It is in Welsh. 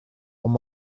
ond